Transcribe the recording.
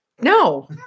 No